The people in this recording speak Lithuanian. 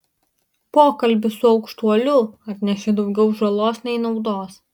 pokalbis su aukštuoliu atnešė daugiau žalos nei naudos